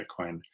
Bitcoin